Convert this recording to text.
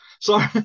Sorry